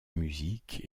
musique